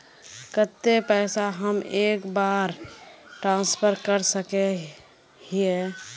केते पैसा हम एक बार ट्रांसफर कर सके हीये?